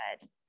Good